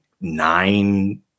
nine